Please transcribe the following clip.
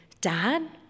Dad